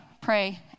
pray